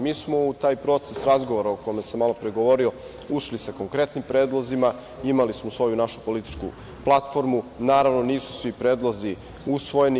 Mi smo u taj proces razgovora o kome sam malopre govorio, ušli sa konkretnim predlozima, imali smo našu političku platformu, naravno nisu svi predlozi usvojeni.